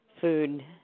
food